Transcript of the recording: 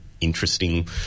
interesting